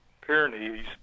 pyrenees